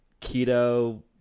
keto